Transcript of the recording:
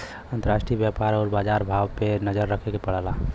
अंतराष्ट्रीय व्यापार आउर बाजार भाव पे नजर रखे के पड़ला